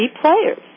players